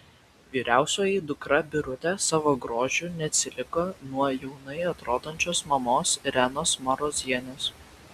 vyriausioji dukra birutė savo grožiu neatsiliko nuo jaunai atrodančios mamos irenos marozienės